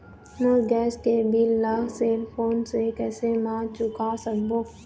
मोर gas के bill ला cell phone से कैसे म चुका सकबो?